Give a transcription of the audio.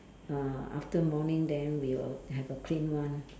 uh after morning then we will have a plain one